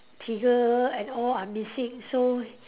Tigger and all are missing so